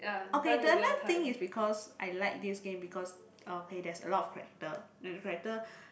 okay the another thing is because I like this game because okay there's a lot of character and the character